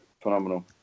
Phenomenal